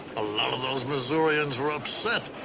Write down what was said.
a lot of those missourians were upset.